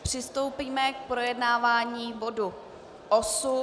Přistoupíme k projednávání bodu 8.